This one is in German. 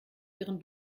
ihren